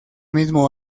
mismo